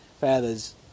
feathers